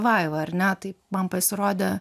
vaiva ar ne taip man pasirodė